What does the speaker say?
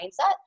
mindset